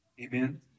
amen